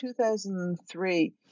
2003